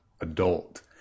adult